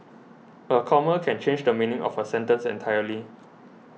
a comma can change the meaning of a sentence entirely